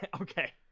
Okay